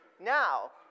Now